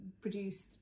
produced